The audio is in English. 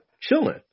chilling